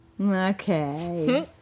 Okay